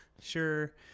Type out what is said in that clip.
sure